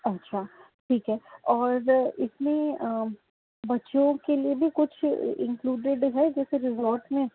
اچھا ٹھیک ہے اور اس میں بچوں کے لیے بھی کچھ انکلوڈیڈ ہے جیسے ریزورٹ میں